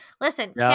Listen